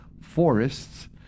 Forests